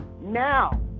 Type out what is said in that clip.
now